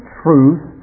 truth